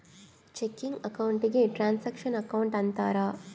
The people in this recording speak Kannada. ಚೆಕಿಂಗ್ ಅಕೌಂಟ್ ಗೆ ಟ್ರಾನಾಕ್ಷನ್ ಅಕೌಂಟ್ ಅಂತಾರ